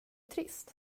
trist